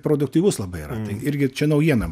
produktyvus labai yra tai irgi čia naujiena